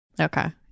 Okay